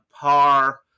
par